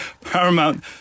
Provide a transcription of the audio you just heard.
Paramount